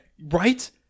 Right